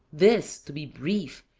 this, to be brief,